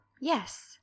Yes